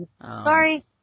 Sorry